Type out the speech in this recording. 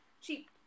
Cheap